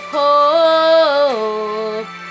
hope